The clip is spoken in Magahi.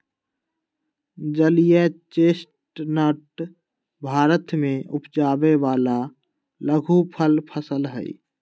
जलीय चेस्टनट भारत में उपजावे वाला लघुफल फसल हई